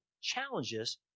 challenges